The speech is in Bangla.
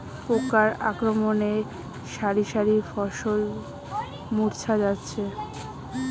পোকার আক্রমণে শারি শারি ফসল মূর্ছা যাচ্ছে